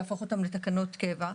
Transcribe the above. להפוך אותן לתקנות קבע,